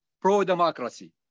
pro-democracy